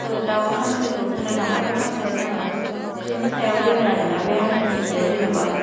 आरो दाव हांसोखौ बुंनो थांबाथ' हांसोखौ जोङो फ'ख्रिनि सायाव दोनो आरो ना बे हांसोनि खिया जेनेबा